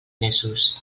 mesos